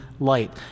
light